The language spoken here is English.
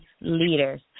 leaders